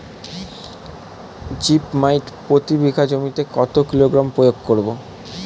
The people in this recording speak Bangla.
জিপ মাইট প্রতি বিঘা জমিতে কত কিলোগ্রাম প্রয়োগ করব?